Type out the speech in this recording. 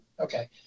Okay